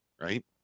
right